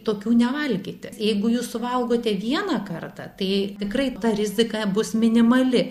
tokių nevalgyti jeigu jūs suvalgote vieną kartą tai tikrai ta rizika bus minimali